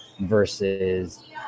versus